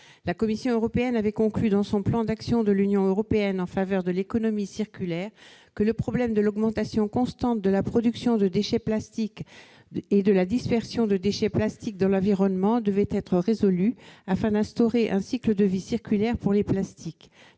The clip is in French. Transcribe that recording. La Commission européenne avait conclu, dans son plan d'action de l'Union européenne en faveur de l'économie circulaire, que le problème de l'augmentation constante de la production de déchets plastiques et de la dispersion de ces déchets dans l'environnement devait être résolu afin d'instaurer un cycle de vie circulaire pour les plastiques.